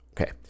okay